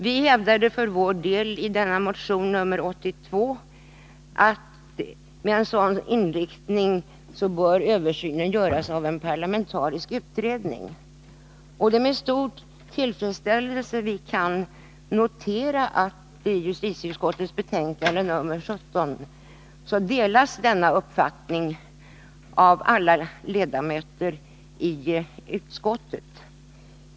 Nr 44 Vi hävdar i denna motion 82 att en översyn med en sådan inriktning bör Tisdagen den göras av en parlamentarisk utredning. Det är med stor tillfredsställelse som vi 9 december 1980 i justitieutskottets betänkande 17 kan notera att denna uppfattning delas av alla ledamöter i utskottet.